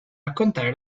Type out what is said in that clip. raccontare